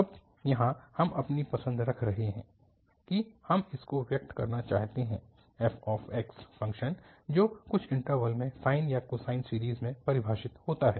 अब यहाँ हम अपनी पसंद रख रहे हैं कि हम इसको व्यक्त करना चाहते हैं fx फ़ंक्शन जो कुछ इन्टरवल में साइन या कोसाइन सीरीज़ में परिभाषित होता है